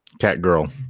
Catgirl